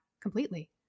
Completely